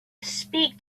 speak